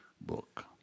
book